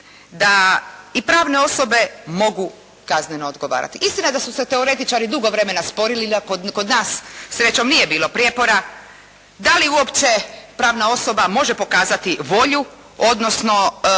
da i pravne osobe mogu kazneno odgovarati. Istina je da su se teoretičari dugo vremena sporili, kod nas srećom nije bilo prijepora da li uopće pravna osoba može pokazati volju, odnosno